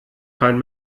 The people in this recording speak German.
kein